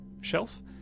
shelf